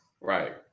Right